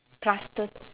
plus the